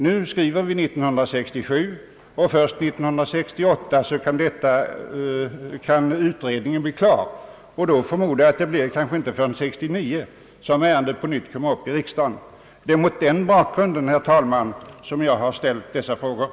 Nu skriver vi 1967, och först 1968 kan utredningen bli klar. Jag förmodar att ärendet inte kommer upp i riksdagen på nytt förrän 1969. Det är mot den bakgrunden, herr talman, som jag ställde frågan.